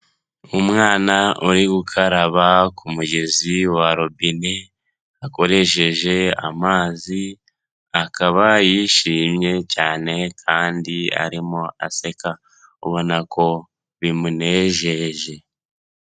Umwana uri gukaraba ku mugezi wa robine akoresheje amazi, akaba yishimye cyane kandi arimo aseka ubona ko bimunejeje.